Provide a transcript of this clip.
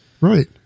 Right